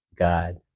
God